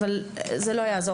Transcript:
אבל זה לא יעזור.